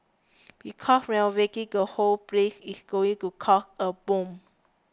because renovating the whole place is going to cost a bomb